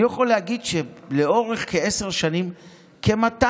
אני יכול להגיד שלאורך כעשר שנים כ-200